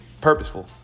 purposeful